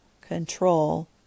control